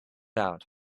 out